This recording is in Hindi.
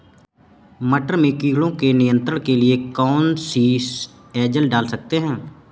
मटर में कीटों के नियंत्रण के लिए कौन सी एजल डाल सकते हैं?